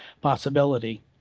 possibility